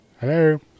Hello